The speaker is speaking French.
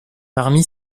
parmi